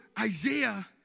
Isaiah